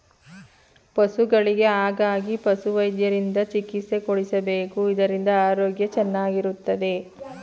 ಪಶುಗಳಿಗೆ ಹಾಗಾಗಿ ಪಶುವೈದ್ಯರಿಂದ ಚಿಕಿತ್ಸೆ ಕೊಡಿಸಬೇಕು ಇದರಿಂದ ಆರೋಗ್ಯ ಚೆನ್ನಾಗಿರುತ್ತದೆ